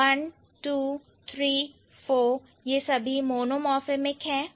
तो 1 2 3 4 यह सभी मोनोमोर्फेमिक है